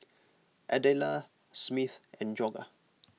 Adela Smith and Jorja